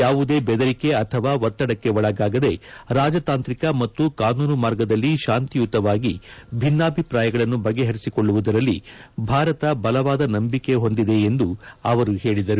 ಯಾವುದೇ ಬೆದರಿಕೆ ಅಥವಾ ಒತ್ತಡಕ್ಕೆ ಒಳಗಾಗದೆ ರಾಜತಾಂತ್ರಿಕ ಮತ್ತು ಕಾನೂನು ಮಾರ್ಗದಲ್ಲಿ ಶಾಂತಿಯುತವಾಗಿ ಭಿನ್ನಾಭಿಪ್ರಾಯಗಳನ್ನು ಬಗೆಹರಿಸಿಕೊಳ್ಳುವುದರಲ್ಲಿ ಭಾರತ ಬಲವಾದ ನಂಬಿಕೆ ಹೊಂದಿದೆ ಎಂದು ಅವರು ಹೇಳಿದರು